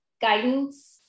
guidance